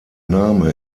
name